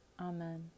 Amen